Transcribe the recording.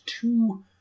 two